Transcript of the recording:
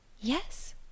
Yes